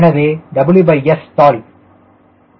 எனவே WSstall121